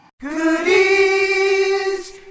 Goodies